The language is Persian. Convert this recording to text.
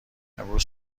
امروز